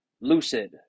lucid